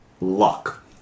luck